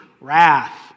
wrath